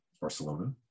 Barcelona